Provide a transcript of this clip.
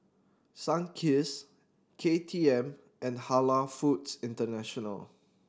Sunkist K T M and Halal Foods International